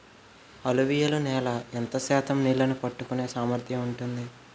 అలువియలు నేల ఎంత శాతం నీళ్ళని పట్టుకొనే సామర్థ్యం ఉంటుంది?